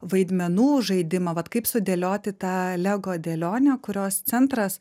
vaidmenų žaidimą vat kaip sudėlioti tą lego dėlionę kurios centras